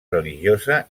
religiosa